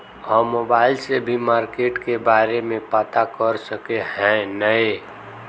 हम मोबाईल से भी मार्केट के बारे में पता कर सके है नय?